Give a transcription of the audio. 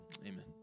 amen